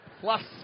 plus